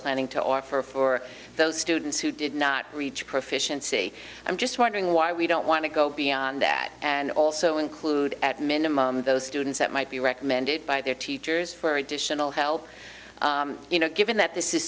planning to offer for those students who did not reach proficiency i'm just wondering why we don't want to go beyond that and also include at minimum those students that might be recommended by their teachers for additional help you know given that this is